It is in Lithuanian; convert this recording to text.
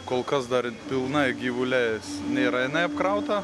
kol kas dar pilnai gyvuliais nėra jinai apkrauta